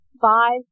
five